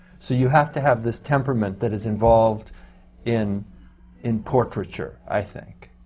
so you have to have this temperament that is involved in in portraiture, i think.